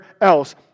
else